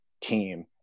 team